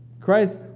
Christ